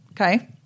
Okay